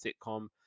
sitcom